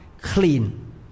clean